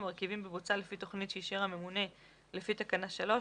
במרכיבים בבוצה לפי תוכנית שאישר הממונה לפי תקנה 3,